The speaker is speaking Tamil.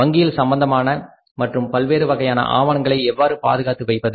வங்கியியல் சம்பந்தமான மற்றும் பல்வேறு வகையான ஆவணங்களை எவ்வாறு பாதுகாத்து வைப்பது